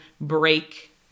break